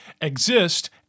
exist